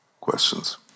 questions